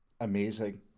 Amazing